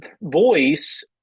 voice